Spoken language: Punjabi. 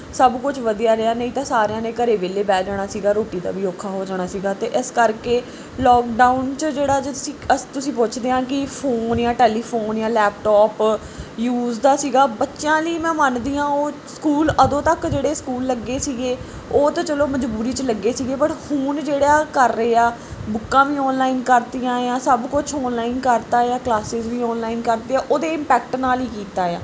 ਸਭ ਕੁਝ ਵਧੀਆ ਰਿਹਾ ਨਹੀਂ ਤਾਂ ਸਾਰਿਆਂ ਨੇ ਘਰ ਵਿਹਲੇ ਬਹਿ ਜਾਣਾ ਸੀਗਾ ਰੋਟੀ ਦਾ ਵੀ ਔਖਾ ਹੋ ਜਾਣਾ ਸੀਗਾ ਅਤੇ ਇਸ ਕਰਕੇ ਲੋਕਡਾਊਨ 'ਚ ਜਿਹੜਾ ਜੇ ਤੁਸੀਂ ਅਸ ਤੁਸੀਂ ਪੁੱਛਦੇ ਹਾਂ ਕਿ ਫੋਨ ਜਾਂ ਟੈਲੀਫੋਨ ਜਾਂ ਲੈਪਟਾਪ ਯੂਜ਼ ਦਾ ਸੀਗਾ ਬੱਚਿਆਂ ਲਈ ਮੈਂ ਮੰਨਦੀ ਹਾਂ ਉਹ ਸਕੂਲ ਉਦੋਂ ਤੱਕ ਜਿਹੜੇ ਸਕੂਲ ਲੱਗੇ ਸੀਗੇ ਉਹ ਤਾਂ ਚਲੋ ਮਜਬੂਰੀ 'ਚ ਲੱਗੇ ਸੀਗੇ ਬਟ ਹੁਣ ਜਿਹੜਾ ਕਰ ਰਹੇ ਹਾਂ ਬੁੱਕਾਂ ਵੀ ਔਨਲਾਈਨ ਕਰਤੀਆਂ ਆ ਸਭ ਕੁਛ ਔਨਲਾਈਨ ਕਰਤਾ ਆ ਕਲਾਸਿਸ ਵੀ ਔਨਲਾਈਨ ਕਰਤੀਆ ਉਹਦੇ ਇੰਪੈਕਟ ਨਾਲ ਹੀ ਕੀਤਾ ਆ